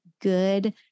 good